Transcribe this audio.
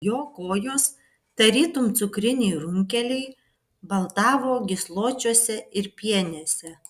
jo kojos tarytum cukriniai runkeliai baltavo gysločiuose ir pienėse